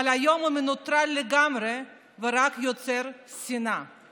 אבל היום הוא מנוטרל לגמרי ורק יוצר שנאה";